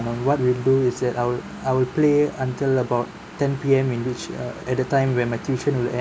what we'll do is that I'll I'll play until about ten P_M in which uh at the time where my tuition will end